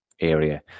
area